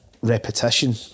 repetition